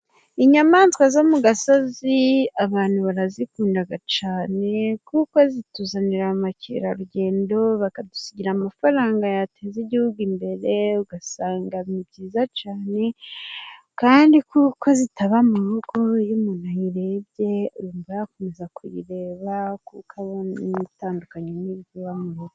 Inyamaswa zo mu gasozi ,abantu barazikunda cyane , kuko zituzanira ba mukerarugendo, bakadusigira amafaranga yateza igihugu imbere .Ugasanga ni nziza cyane kandi kuko zitaba mu rugo, iyo umuntu ayirebye yumva yakomeza kuyireba kuko abona itandukanye n'iy'iwanyu.